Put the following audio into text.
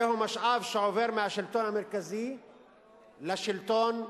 זהו משאב שעובר מהשלטון המרכזי לשלטון המקומי.